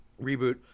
reboot